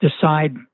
decide